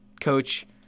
Coach